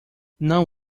não